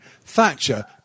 Thatcher